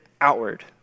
outward